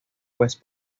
pues